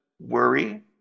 Worry